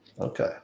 Okay